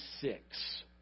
six